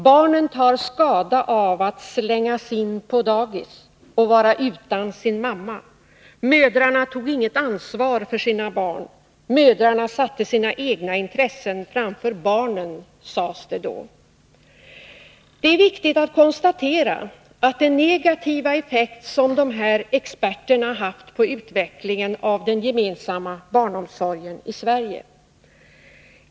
Barnen tar skada av att ”slängas in på dagis” och vara utan sin mamma, mödrarna tar inget ansvar för sina barn, mödrarna sätter sina egna intressen framför barnen, sades det då! Det är viktigt att konstatera den negativa effekt som dessa ”experter” haft på utvecklingen av den gemensamma barnomsorgen i Sverige.